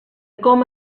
com